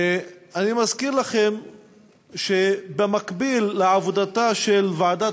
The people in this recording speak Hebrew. ואני מזכיר לכם שבמקביל לעבודתה של ועדת